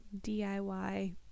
DIY